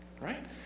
right